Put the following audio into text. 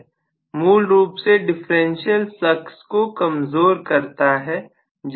मूल रूप से डिफरेंशियल फ्लक्स को कमजोर करता है